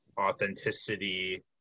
authenticity